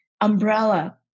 umbrella